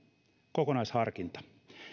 kokonaisharkinta